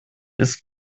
ist